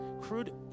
Crude